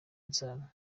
isano